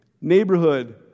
neighborhood